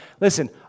listen